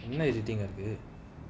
என்னஇருக்கு:enna iruku